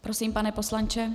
Prosím, pane poslanče.